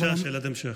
בבקשה, שאלת המשך.